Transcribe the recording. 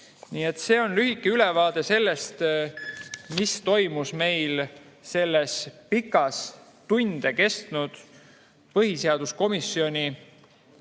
See oli lühike ülevaade sellest, mis toimus meil selles pikas, tunde kestnud põhiseaduskomisjoni